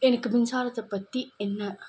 எனக்கு மின்சாரத்தை பற்றி என்ன